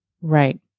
Right